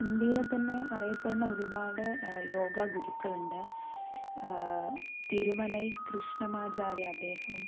ഇന്ത്യയിലെ തന്നെ അറിയപ്പെടണ ഒരുപാട് യോഗ ഗുരുക്കളുണ്ട് തിരുമലൈ കൃഷ്ണമാചാര്യ അദ്ദേഹം